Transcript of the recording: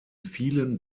vielen